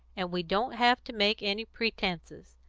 and we don't have to make any pretences.